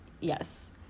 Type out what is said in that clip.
Yes